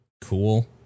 cool